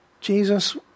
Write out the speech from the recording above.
Jesus